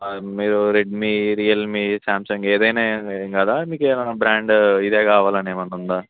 మీరు Redmi Realme Samsung ఏదైనా ఏం కాదా మీకేమైనా బ్రాండ్ ఇదే కావాలి అని ఏమన్నా ఉందా